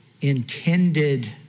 intended